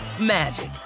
magic